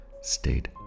state